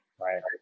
right